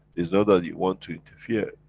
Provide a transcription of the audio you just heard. it's not that you want to interfere.